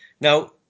Now